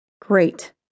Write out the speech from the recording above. Great